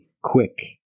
quick